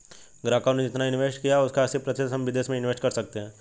ग्राहकों ने जितना इंवेस्ट किया है उसका अस्सी प्रतिशत हम विदेश में इंवेस्ट कर सकते हैं